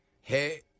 Hey